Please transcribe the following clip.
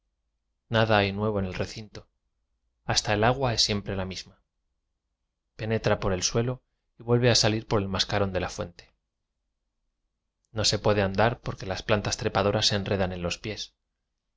nada hay nuevo en el recinto hasta el agua es siempre la misma penetra por el suelo y vuelve a salir por el mascarón de la fuente no se puede andar porque las plañías trepadoras se enredan en los pies